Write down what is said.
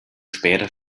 später